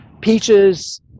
peaches